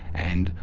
and,